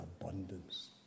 abundance